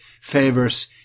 favors